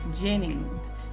jennings